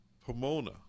Pomona